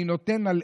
אני נותן,